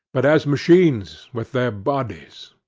but as machines, with their bodies.